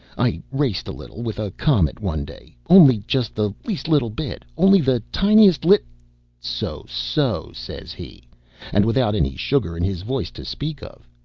i raced a little with a comet one day only just the least little bit only the tiniest lit so so, says he and without any sugar in his voice to speak of.